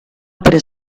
opere